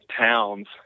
towns